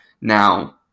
Now